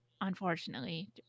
unfortunately